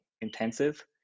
intensive